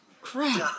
Crap